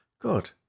Good